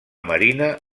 marina